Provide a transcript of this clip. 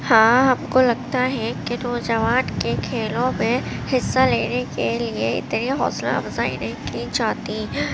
ہاں ہم کو لگتا ہے کہ نوجوان کے کھیلوں میں حصہ لینے کے لیے اتنی حوصلہ افزائی نہیں کی جاتی